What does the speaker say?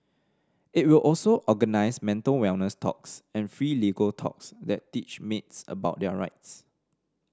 it will also organise mental wellness talks and free legal talks that teach maids about their rights